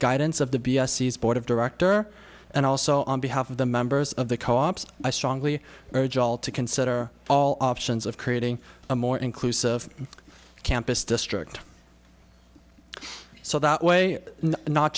guidance of the board of director and also on behalf of the members of the co ops i strongly urge all to consider all options of creating a more inclusive campus district so that way not